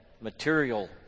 material